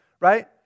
right